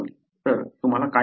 तर तुम्हाला काय अपेक्षित आहे